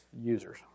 users